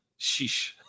Sheesh